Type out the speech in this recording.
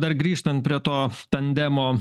dar grįžtan prie to tandemo